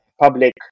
public